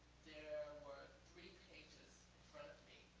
there were three pages in front of me